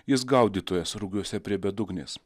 jis gaudytojas rugiuose prie bedugnės